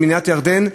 עם מדינת ירדן?